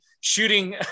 shooting